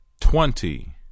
Twenty